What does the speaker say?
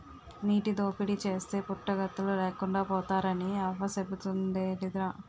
నీటి దోపిడీ చేస్తే పుట్టగతులు లేకుండా పోతారని అవ్వ సెబుతుండేదిరా